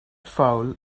foul